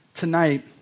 tonight